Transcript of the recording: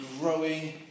growing